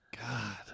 God